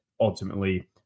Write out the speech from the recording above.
ultimately